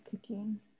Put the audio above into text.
cooking